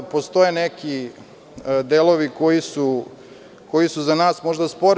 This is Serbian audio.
Postoje neki delovi koji su za nas možda sporni.